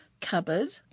cupboard